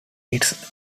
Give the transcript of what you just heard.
its